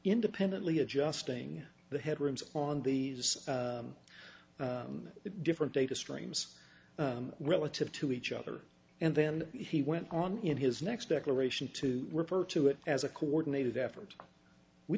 independently adjusting the head rooms on the different data streams relative to each other and then he went on in his next declaration to refer to it as a coordinated effort we